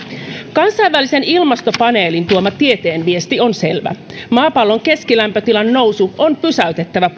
kansainvälisen ilmastopaneelin tuoma tieteen viesti on selvä maapallon keskilämpötilan nousu on pysäytettävä